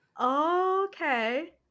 Okay